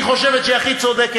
היא חושבת שהיא הכי צודקת,